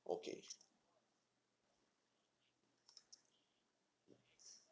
okay